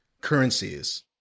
currencies